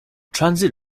transit